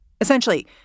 Essentially